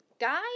Guys